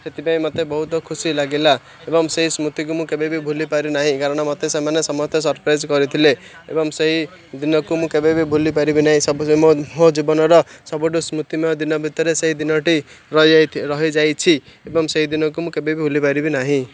ସେଥିପାଇଁ ମୋତେ ବହୁତ ଖୁସି ଲାଗିଲା ଏବଂ ସେଇ ସ୍ମୃତିକୁ ମୁଁ କେବେ ବି ଭୁଲି ପାରିନାହିଁ କାରଣ ମୋତେ ସେମାନେ ସମସ୍ତେ ସର୍ପ୍ରାଇଜ୍ କରିଥିଲେ ଏବଂ ସେଇ ଦିନକୁ ମୁଁ କେବେବି ଭୁଲିପାରିବି ନାହିଁ ସବୁ ମୋ ମୋ ଜୀବନର ସବୁଠୁ ସ୍ମୃତିମୟ ଦିନ ଭିତରେ ସେଇ ଦିନଟି ରହିଯାଇ ରହିଯାଇଛି ଏବଂ ସେଇ ଦିନକୁ ମୁଁ କେବେବି ଭୁଲିପାରିବି ନାହିଁ